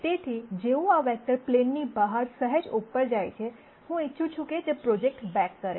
તેથી જેવું આ વેક્ટર પ્લેનની બહાર સહેજ ઉપર જાય છે હું ઇચ્છું છું કે તે પ્રોજેક્ટ બેક કરે